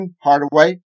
Hardaway